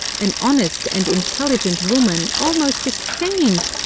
an honest and intelligent woman, almost a saint,